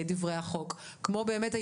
שעובדים בשירות המדינה, מעל גיל 60. מחציתם נשים.